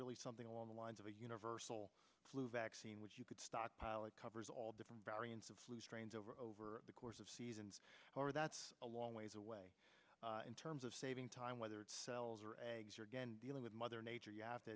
really something along the lines of a universal flu vaccine which you could stockpile it covers all different variants of flu strains over over the course of seasons or that's a long ways away in terms of saving time whether it's cells or eggs or again dealing with mother nature you have to